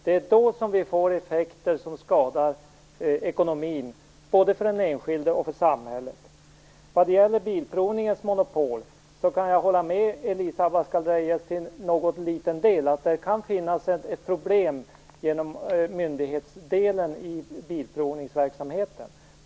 Det är då det uppstår effekter som skadar ekonomin, både för den enskilde och för samhället. Vad gäller Bilprovningens monopol kan jag till en liten del hålla med Elisa Abascal Reyes om att det kan vara problem med myndighetsdelen i bilprovningsverksamheten.